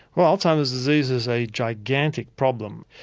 well alzheimer's disease is a gigantic problem.